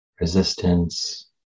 resistance